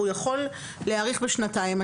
הוא יכול להאריך בשנתיים.